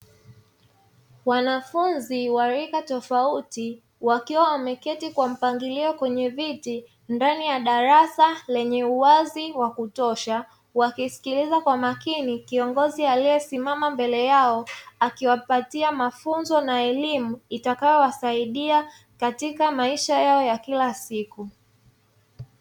Wanafunzi wa rika tofauti wakiwa wameketi kwa mpangilio kwenye viti ndani ya darasa lenye uwazi wa kutosha wakisikiliza kwa makini kiongozi aliyesimama mbele yao akiwapatia mafunzo na elimu itakayowasaidia katika maisha yao ya kila siku.